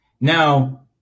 Now